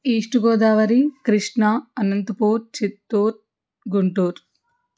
east Godavari Krishna Anantapur Chittoor Guntur